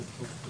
פעם,